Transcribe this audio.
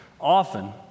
often